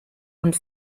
und